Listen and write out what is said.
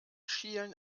schielen